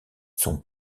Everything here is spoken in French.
son